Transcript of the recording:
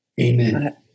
Amen